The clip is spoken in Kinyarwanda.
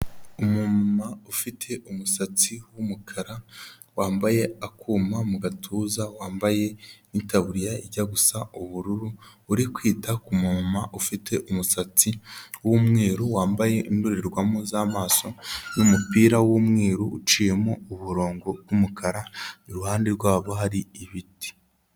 Umumama ufite umusatsi w'umukara wambaye akuma mu gatuza, wambaye n'itaburiya ijya gusa ubururu, uri kwita ku mumama ufite umusatsi w'umweru wambaye indorerwamo z'amaso n'umupira w'umweru uciyemo umurongo w'umukara, iruhande rwabo hari ibiti.